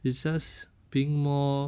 it just being more